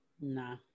nah